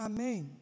Amen